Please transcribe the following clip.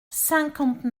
cinquante